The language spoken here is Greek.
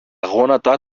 γόνατα